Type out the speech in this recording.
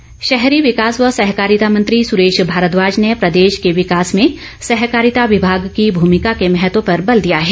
भारद्वाज शहरी विकास व सहकारिता मंत्री सुरेश भारद्वाज ने प्रदेश के विकास में सहकारिता विभाग की भूमिका के महत्व पर बल दिया है